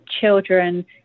children